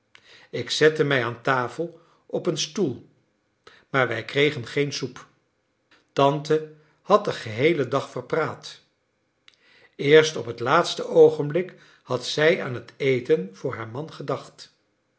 ik zette mij aan tafel op een stoel maar wij kregen geen soep tante had den geheelen dag verpraat eerst op het laatste oogenblik had zij aan het eten voor haar man gedacht